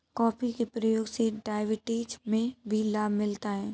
coffee के प्रयोग से डायबिटीज में भी लाभ मिलता है